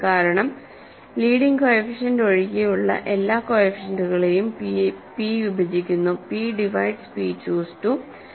കാരണം leading coefficient ഒഴികെയുള്ള എല്ലാ കോഎഫിഷ്യന്റ്കളെയും p വിഭജിക്കുന്നു p ഡിവൈഡ്സ് p ചൂസ് 2